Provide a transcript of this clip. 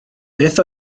beth